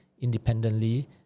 independently